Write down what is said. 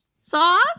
sauce